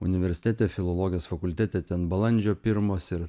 universitete filologijos fakultete ten balandžio pirmos ir